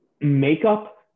makeup